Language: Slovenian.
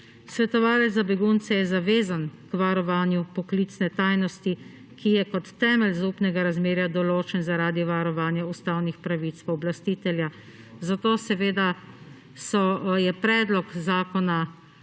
Svetovalec za begunce je zavezan k varovanju poklicne tajnosti, ki je kot temelj zaupnega razmerja določen zaradi varovanja ustavnih pravic pooblastitelja, zato predlog zakona